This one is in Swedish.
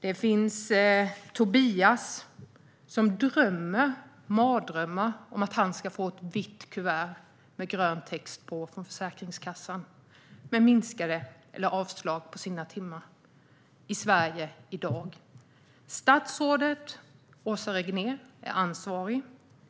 Ett annat är Tobias, som drömmer mardrömmar om att få ett vitt kuvert med grön text på från Försäkringskassan med besked om minskade timmar eller avslag. Detta sker i Sverige i dag. Statsrådet Åsa Regnér är ansvarig.